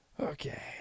okay